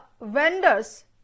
vendors